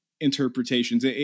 interpretations